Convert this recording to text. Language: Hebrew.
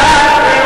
אתה,